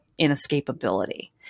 inescapability